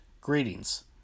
Greetings